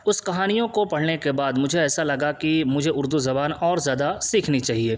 اس کہانیوں کو پڑھنے کے بعد مجھے ایسا لگا کہ مجھے اردو زبان اور زیادہ سیکھنی چاہیے